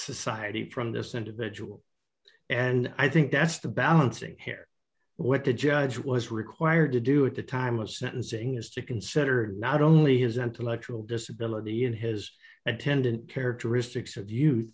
society from this individual and i think that's the balancing here what the judge was required to do at the time of sentencing is to consider not only his intellectual disability and his attendant characteristics of